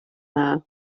dda